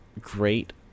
great